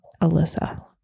Alyssa